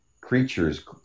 creatures